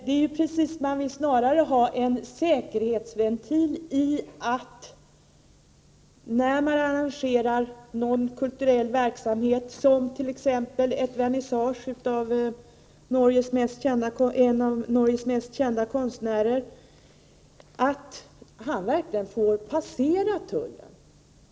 När man arrangerar någon kulturverksamhet, som t.ex. en vernissage med en av Norges mest kända konstnärer, vill man snarare ha en säkerhet i att denne verkligen får passera tullen.